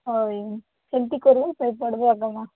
ହଉ ସେମିତି କରିବ ଶୋଇ ପଡ଼ିବ